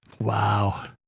Wow